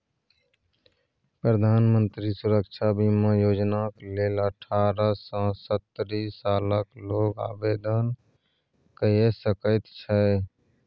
प्रधानमंत्री सुरक्षा बीमा योजनाक लेल अठारह सँ सत्तरि सालक लोक आवेदन कए सकैत छै